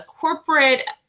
corporate